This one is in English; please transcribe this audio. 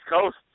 Coast